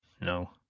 No